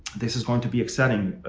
this is going to be exciting.